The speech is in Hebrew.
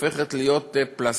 הופכת להיות פלסתר,